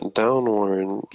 downward